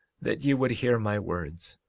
that ye would hear my words!